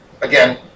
again